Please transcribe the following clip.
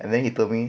and then he told me